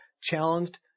challenged